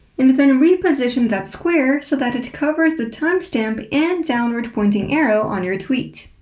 and then reposition that square so that it covers the time stamp and downward pointing arrow on your tweet.